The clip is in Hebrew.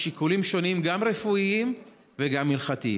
משיקולים שונים, גם רפואיים וגם הלכתיים.